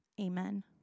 Amen